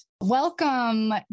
Welcome